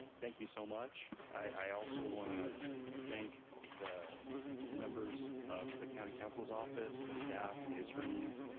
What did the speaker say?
thank you so much. i also want to thank the members of the county counsel's office. the staff and the attorneys.